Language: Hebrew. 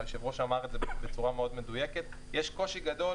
היושב-ראש אמר את זה בצורה מאוד מדויקת: יש קושי גדול,